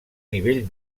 nivell